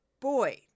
boy